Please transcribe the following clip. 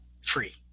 free